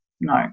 No